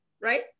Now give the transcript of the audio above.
right